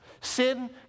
Sin